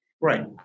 Right